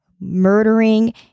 murdering